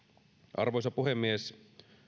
arvoisa puhemies